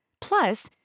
Plus